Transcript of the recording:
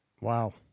Wow